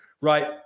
Right